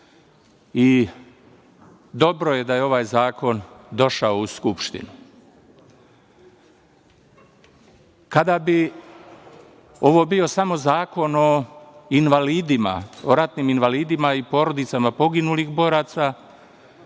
Dobro je da je ovaj zakon došao u Skupštinu. Kada bi ovo bio samo zakon o invalidima, o ratnim invalidima i porodicama poginulih boraca,